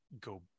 go